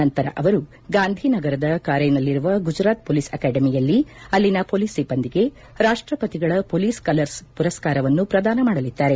ನಂತರ ಅವರು ಗಾಂಧಿ ನಗರದ ಕಾರ್ಲೆನಲ್ಲಿರುವ ಗುಜರಾತ್ ಪೊಲೀಸ್ ಅಕಾಡೆಮಿಯಲ್ಲಿ ಅಲ್ಲಿನ ಪೊಲೀಸ್ ಸಿಬ್ಲಂದಿಗೆ ರಾಷ್ಷಪತಿಗಳ ಪೊಲೀಸ್ ಕಲರ್ಸ್ ಮರಸ್ತಾರವನ್ನು ಪ್ರದಾನ ಮಾಡಲಿದ್ದಾರೆ